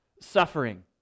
suffering